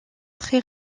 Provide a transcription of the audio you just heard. très